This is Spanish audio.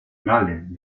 gallen